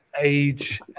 age